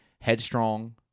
Headstrong